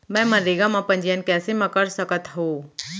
मैं मनरेगा म पंजीयन कैसे म कर सकत हो?